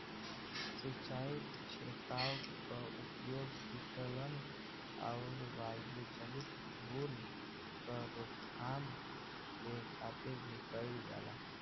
सिंचाई छिड़काव क उपयोग सीतलन आउर वायुजनित धूल क रोकथाम के खातिर भी कइल जाला